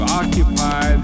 occupy